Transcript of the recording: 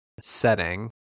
setting